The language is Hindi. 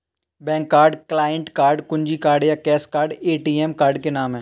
बैंक कार्ड, क्लाइंट कार्ड, कुंजी कार्ड या कैश कार्ड ए.टी.एम कार्ड के नाम है